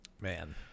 man